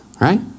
Right